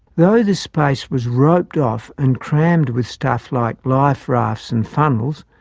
though this space was roped off and crammed with stuff like life rafts and funnels,